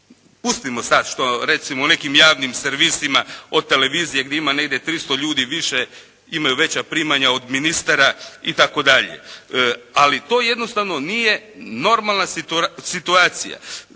Pustimo sad što recimo u nekim javnim servisima od televizije gdje ima negdje 300 ljudi više imaju veća primanja od ministara i tako dalje. Ali to jednostavno nije normalna situacija.